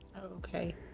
Okay